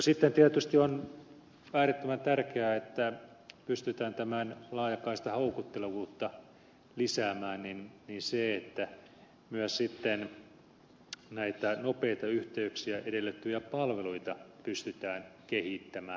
sitten tietysti on äärettömän tärkeää jotta pystytään tämän laajakaistan houkuttelevuutta lisäämään että myös sitten näitä nopeita yhteyksiä edellyttäviä palveluita pystytään kehittämään